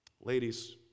Ladies